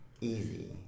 Easy